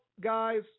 guys